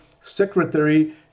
Secretary